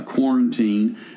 quarantine